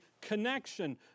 connection